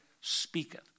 speaketh